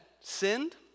sinned